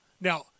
Now